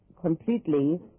completely